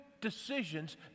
decisions